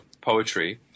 poetry